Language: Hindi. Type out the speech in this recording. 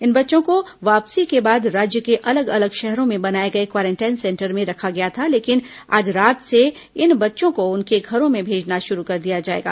इन बच्चों को वापसी के बाद राज्य के अलग अलग शहरों में बनाए गए क्वारेंटाइन सेंटर में रखा गया था लेकिन आज रात से इन बच्चों को उनके घरों में भेजना शुरू कर दिया जाएगा